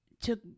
took